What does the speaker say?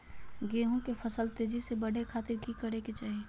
गेहूं के फसल तेजी से बढ़े खातिर की करके चाहि?